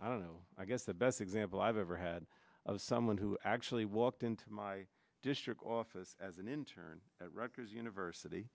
i don't know i guess the best example i've ever had of someone who actually walked into my district office as an intern at rutgers university